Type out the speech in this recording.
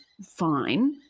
fine